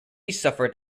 suffered